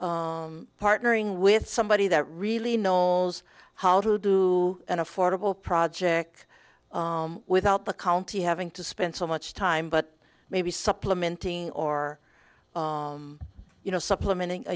suggestion partnering with somebody that really knows how to do an affordable project without the county having to spend so much time but maybe supplementing or you know supplementing a